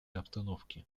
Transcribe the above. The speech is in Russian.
обстановки